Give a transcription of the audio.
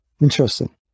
interesting